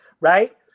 Right